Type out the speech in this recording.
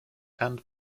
and